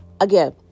again